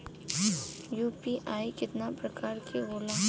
UPI केतना प्रकार के होला?